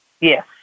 Yes